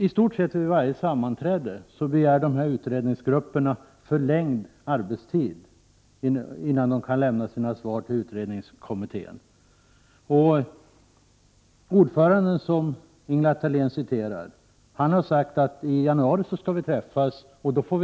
I stort sett vid varje sammanträde har utredningsgrupperna begärt förlängd arbetstid innan de kan lämna sina svar till utredningskommittén, och ordföranden, som Ingela Thalén citerade, har sagt att vi får träffas i januari för